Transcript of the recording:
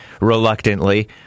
reluctantly